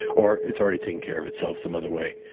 or it's already taken care of itself some other way.